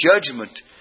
judgment